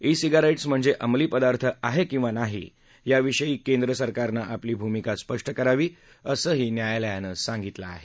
E cigarettes म्हणजे अमली पदार्थ आहे किंवा नाही याविषयी केंद्र सरकारनं आपली भूमिका स्पष्ट करावी असंही न्यायालयानं सांगितलं आहे